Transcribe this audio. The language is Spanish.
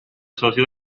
socio